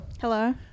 Hello